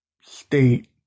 state